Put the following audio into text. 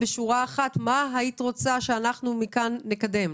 מה היית רוצה שנקדם מכאן?